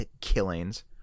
killings